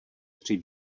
tři